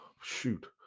shoot